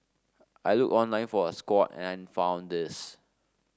I looked online for a squat and found this